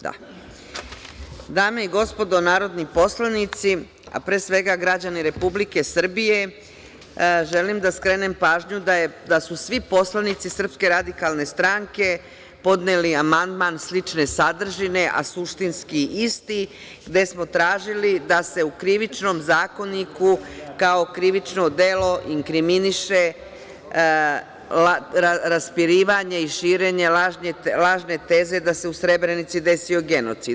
Dame i gospodo narodni poslanici, a pre svega građani Republike Srbije, želim da skrenem pažnju da su svi poslanici SRS podneli amandman slične sadržine, a suštinski isti, gde smo tražili da se u Krivičnom zakoniku, kao krivično delo inkriminiše raspirivanje i širenje lažne teze da se u Srebrenici desio genocid.